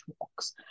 walks